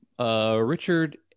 Richard